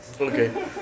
Okay